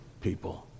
people